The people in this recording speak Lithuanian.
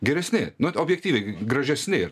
geresni nu objektyviai gražesni ir